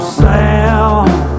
sound